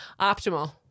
Optimal